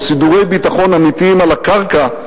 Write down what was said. לסידורי ביטחון אמיתיים על הקרקע,